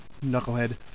knucklehead